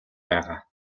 байгаа